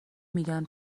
میگن